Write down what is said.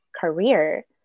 career